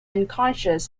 unconscious